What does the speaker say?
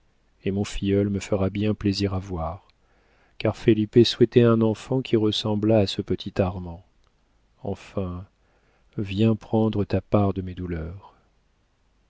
et mon filleul me fera bien plaisir à voir car felipe souhaitait un enfant qui ressemblât à ce petit armand enfin viens prendre ta part de mes douleurs